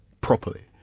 properly